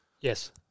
yes